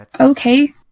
Okay